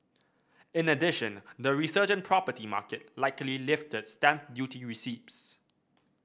in addition the resurgent property market likely lifted stamp duty receipts